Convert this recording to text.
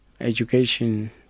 education